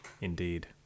Indeed